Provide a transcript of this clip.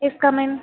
yes come in